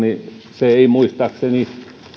se ei muistaakseni